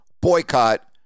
boycott